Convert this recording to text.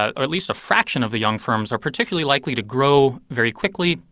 or at least a fraction of the young firms, are particularly likely to grow very quickly,